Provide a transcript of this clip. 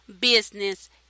business